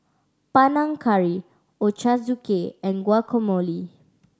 Panang Curry Ochazuke and Guacamole